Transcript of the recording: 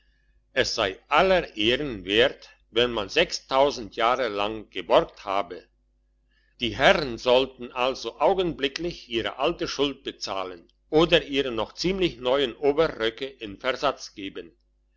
es sei aller ehren wert wenn man sechstausend jahre lang geborgt habe die herren sollten also augenblicklich ihre alte schuld bezahlen oder ihre noch ziemlich neuen oberröcke in versatz geben